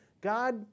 God